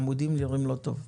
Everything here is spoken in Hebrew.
העמודים נראים לא טוב.